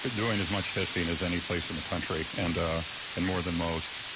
doing as much testing is any place in the country. and and more than most.